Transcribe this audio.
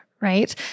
right